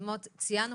ציינו